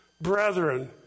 Brethren